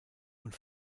und